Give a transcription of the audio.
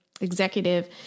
executive